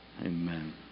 amen